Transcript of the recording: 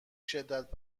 شدت